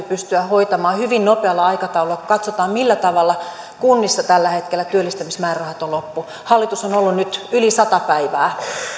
pystyä hoitamaan hyvin nopealla aikataululla kun katsotaan millä tavalla kunnissa tällä hetkellä työllistämismäärärahat ovat loppu hallitus on on ollut nyt yli sata päivää